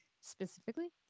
specifically